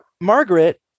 Margaret